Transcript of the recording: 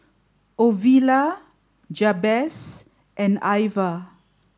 Ovila Jabez and Iva